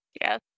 Yes